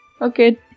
Okay